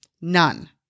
None